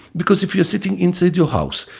because if you're sitting inside your house,